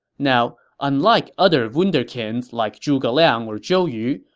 now, unlike other wunderkinds like zhuge liang or zhou yu,